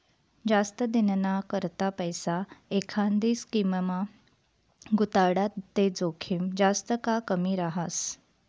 जास्त दिनना करता पैसा एखांदी स्कीममा गुताडात ते जोखीम जास्त का कमी रहास